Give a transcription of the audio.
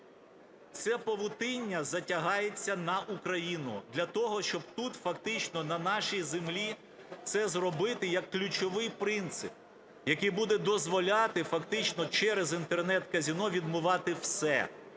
Це павутиння затягається на Україну для того, щоб тут, на нашій землі, це зробити як ключовий принцип, який буде дозволяти фактично через Інтернет-казино відмивати все.